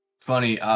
Funny